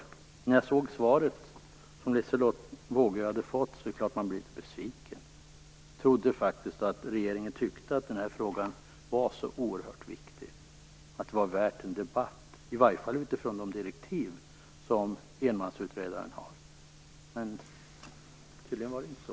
När jag såg svaret som Liselotte Wågö hade fått, blev jag så klart litet besviken. Jag trodde faktiskt att regeringen tyckte att den här frågan var så viktig att den var värd en debatt, i varje fall utifrån de direktiv som ensamutredaren har. Tydligen var det inte så.